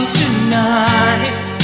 tonight